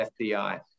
FDI